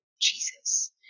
Jesus